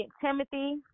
Timothy